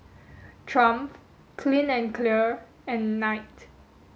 Triumph Clean and Clear and Knight